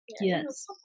Yes